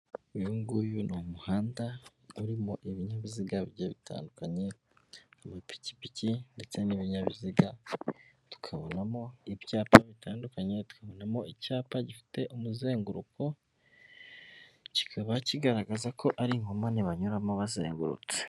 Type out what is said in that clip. Uyu nguyu ni umuhanda urimo ibinyabiziga bigiye bitandukanye amapikipiki ndetse n'ibinyabiziga, tukabonamo ibyapa bitandukanye, tukabonamo icyapa gifite umuzenguruko kikaba kigaragaza ko ari inkomane banyuramo bazengurutse.